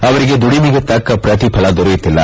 ಅವರಿಗೆ ದುಡಿಮೆಗೆ ತಕ್ಕ ಪ್ರತಿಫಲ ದೊರೆಯುತ್ತಿಲ್ಲ